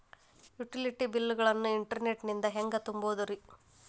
Utility bill ಗಳನ್ನ internet ನಿಂದ ಹೆಂಗ್ ತುಂಬೋದುರಿ?